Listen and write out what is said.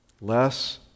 less